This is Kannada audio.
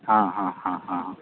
ಹಾಂ ಹಾಂ ಹಾಂ ಹಾಂ